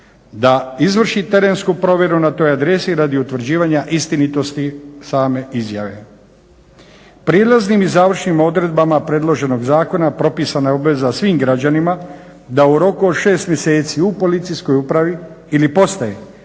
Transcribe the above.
da izvrši terensku provjeru na toj adresi radi utvrđivanja istinitosti same izjave. Prijelaznim i završnim odredbama predloženog zakona propisana je obveza svim građanima da u roku od 6 mjeseci u policijskoj upravi ili postaji